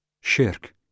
Shirk